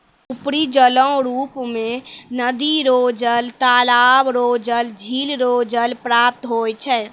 उपरी जलरो रुप मे नदी रो जल, तालाबो रो जल, झिल रो जल प्राप्त होय छै